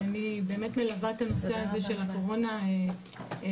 אני מלווה את הנושא של הקורונה מתחילתו,